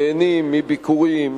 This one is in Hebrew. נהנים מביקורים,